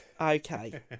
okay